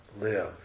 live